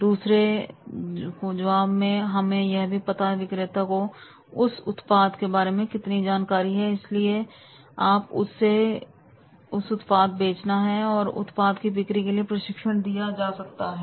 दूसरे ख्वाब में अब हमें जब पता है की विक्रेता को उस उत्पाद के बारे में कितनी जानकारी है इसलिए आप उसे से उत्पाद बेचना है और उत्पाद की बिक्री के लिए प्रशिक्षण दिया जा सकता है